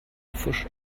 pfusch